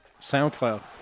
SoundCloud